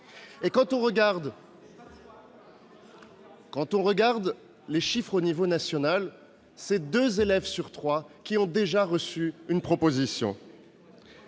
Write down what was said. ! Quand on regarde les chiffres au niveau national, deux élèves sur trois ont déjà reçu une proposition.